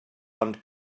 ond